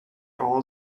all